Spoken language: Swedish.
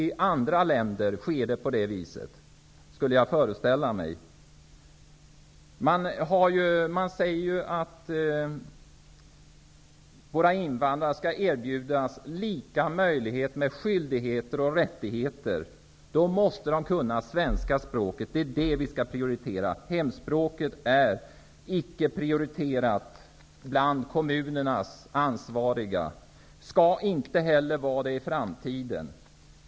I andra länder går det till på det viset, skulle jag föreställa mig. Man säger ju att våra invandrare skall erbjudas lika möjlighet, med skyldigheter och rättigheter. Då måste de kunna svenska språket. Det är det vi skall prioritera. Hemspråket är icke prioriterat bland kommunernas ansvariga, skall inte heller vara det i framtiden.